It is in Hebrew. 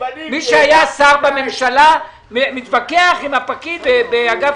מי שהיה שר בממשלה מתווכח עם הפקיד באגף